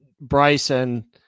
Bryson